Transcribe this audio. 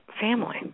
family